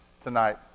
tonight